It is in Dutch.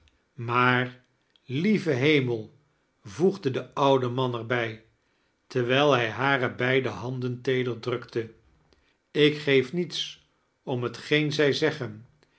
maar lieve hemeil voegde de oude man eir bij terwijl hij hare bead handen teedeir drukte ik geef niets om hetgeen zij zeggen